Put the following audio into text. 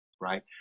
right